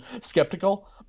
skeptical